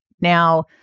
Now